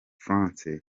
franc